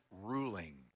ruling